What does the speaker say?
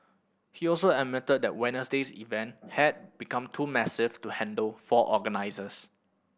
he also admitted that Wednesday's event had become too massive to handle for organisers